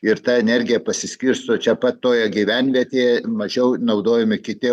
ir ta energija pasiskirsto čia pat toje gyvenvietėje mačiau naudojami kiti